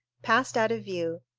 passed out of view,